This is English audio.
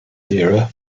era